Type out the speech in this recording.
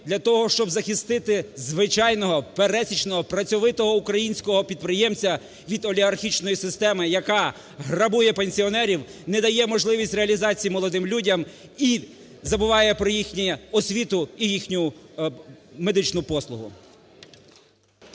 для того, щоб захистити звичайного, пересічного, працьовитого українського підприємця від олігархічної системи, яка грабує пенсіонерів, не дає можливість реалізації молодим людям і забуває про їхню освіту і їхню медичну послугу.